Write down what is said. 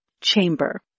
Chamber